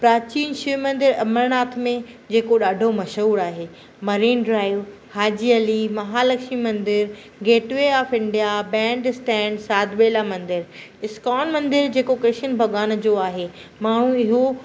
प्राचीन शिव मंदरु अमरनाथ में जेको ॾाढो मशहूरु आहे मरीन ड्राइव हाजी अली महालक्ष्मी मंदरु Gateway of India Bandstand साधु बिरला मंदरु इस्कॉन मंदरु जेको कृष्ण भॻवान जो आहे माण्हू इहो